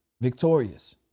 Victorious